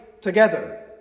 together